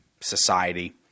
society